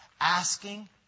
asking